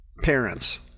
parents